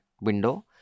window